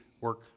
work